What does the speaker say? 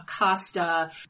Acosta